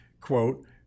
Quote